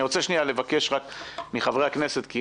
אני רוצה רק לבקש מחברי הכנסת כי